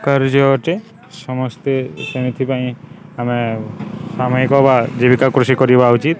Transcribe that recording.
କାର୍ଯ୍ୟ ଅଟେ ସମସ୍ତେ ସେମିଥିପାଇଁ ଆମେ ସାମହିକ ବା ଜୀବିକା କୃଷି କରିବା ଉଚିତ